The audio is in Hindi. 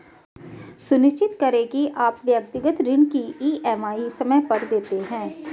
सुनिश्चित करें की आप व्यक्तिगत ऋण की ई.एम.आई समय पर देते हैं